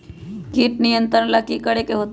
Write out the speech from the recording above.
किट नियंत्रण ला कि करे के होतइ?